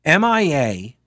MIA